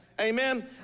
Amen